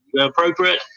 appropriate